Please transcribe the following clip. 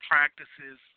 practices